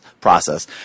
process